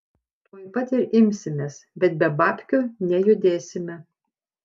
tuoj pat ir imsimės bet be babkių nejudėsime